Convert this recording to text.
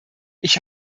ich